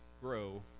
grow